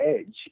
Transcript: edge